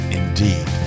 indeed